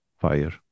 fire